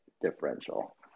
differential